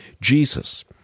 Jesus